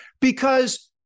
Because-